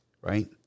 right